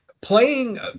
playing